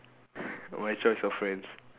my choice of friends